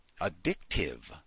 addictive